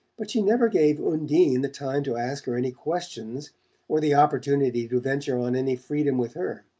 but she never gave undine the time to ask her any questions or the opportunity to venture on any freedom with her.